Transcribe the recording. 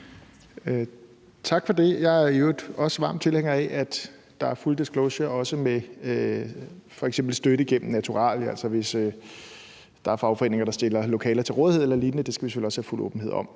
Tak for det. Jeg er i øvrigt også varm tilhænger af, at der også er full disclosure i forbindelse med f.eks. støtte gennem naturalier. Så hvis der er fagforeninger, der stiller lokaler til rådighed eller lignende, skal vi selvfølgelig også have fuld åbenhed om